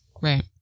right